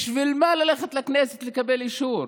בשביל מה ללכת לכנסת לקבל אישור?